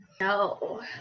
no